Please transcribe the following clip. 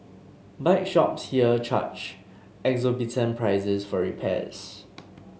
bike shops here charge exorbitant prices for repairs